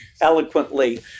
eloquently